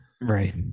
right